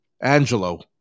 Angelo